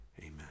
amen